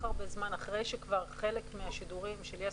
הרבה זמן אחרי שכבר חלק מהשידורים של יס,